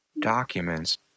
Documents